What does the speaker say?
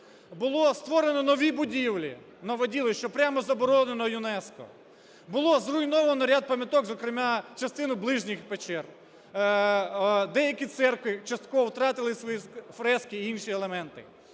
будівлі, нові будівлі, що прямо заборонено ЮНЕСКО. Було зруйновано ряд пам'яток, зокрема частину Ближніх печер, деякі церкви частково втратити свої фрески й інші елементи.